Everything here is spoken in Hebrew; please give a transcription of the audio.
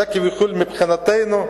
זה, כביכול, מבחינתנו,